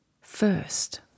first